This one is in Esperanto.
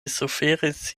suferis